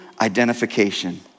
identification